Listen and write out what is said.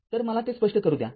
तर मला ते स्पष्ट करू द्या